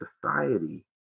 society